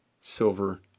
Silver